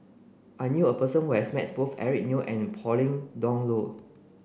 I knew a person who has met both Eric Neo and Pauline Dawn Loh